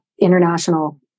international